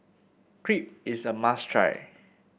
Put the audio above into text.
crepe is a must try